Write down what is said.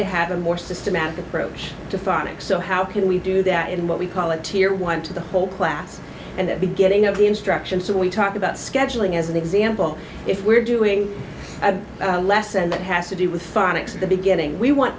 to have a more systematic approach to fighting so how can we do that in what we call a tier one to the whole class and the beginning of the instruction so we talk about scheduling as an example if we're doing a lesson that has to do with phonics at the beginning we want